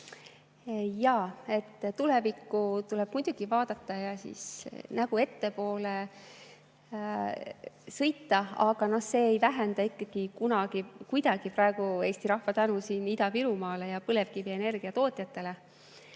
Tulevikku tuleb muidugi vaadata ja sõita, nägu ettepoole, aga see ei vähenda ikkagi kuidagi Eesti rahva tänu Ida-Virumaale ja põlevkivienergia tootjatele.